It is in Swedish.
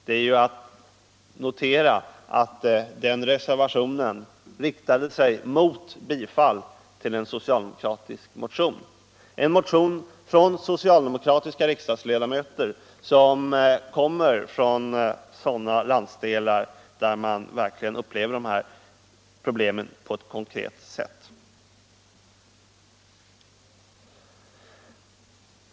Det är att notera att den reservationen riktade sig emot bifall till en socialdemokratisk motion — en motion av socialdemokratiska politiken Arbetsmarknadspolitiken ledamöter som kommer från landsdelar där man upplever de här problemen på ett konkret sätt.